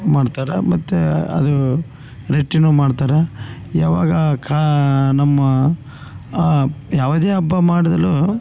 ಮಾಡ್ತಾರೆ ಮತ್ತು ಅದು ರೇಟೀನು ಮಾಡ್ತಾರೆ ಯಾವಾಗ ಕಾ ನಮ್ಮ ಯಾವುದೇ ಹಬ್ಬ ಮಾಡಿದ್ಲು